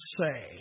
say